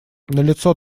налицо